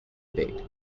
bed